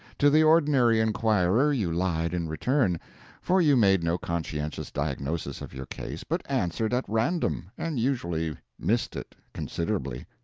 to the ordinary inquirer you lied in return for you made no conscientious diagnosis of your case, but answered at random, and usually missed it considerably.